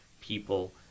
people